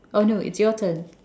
oh no it's your turn